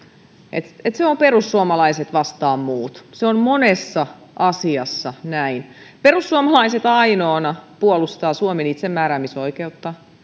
että se se on perussuomalaiset vastaan muut se on monessa asiassa näin perussuomalaiset ainoana puolustaa suomen itsemääräämisoikeutta